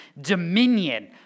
Dominion